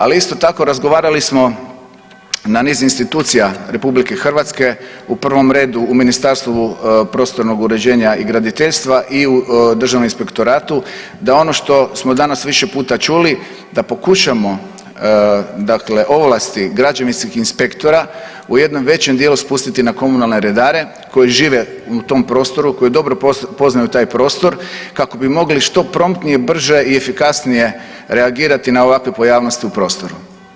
Ali isto tako razgovarali smo na niz institucija RH u prvom redu u Ministarstvu prostornog uređenja i graditeljstva i u Državnom inspektoratu da ono što smo danas više puta čuli, da pokušamo ovlasti građevinskih inspektora u jednom većom dijelu spustiti na komunalne redare koji žive u tom prostoru, koji dobro poznaju taj prostor kako bi mogli što promptnije, brže i efikasnije reagirati na ovakve pojavnosti u prostoru.